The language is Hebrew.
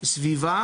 סביבה